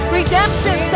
redemption